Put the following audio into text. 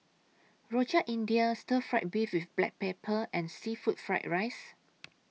Rojak India Stir Fry Beef with Black Pepper and Seafood Fried Rice